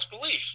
belief